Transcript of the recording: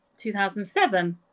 2007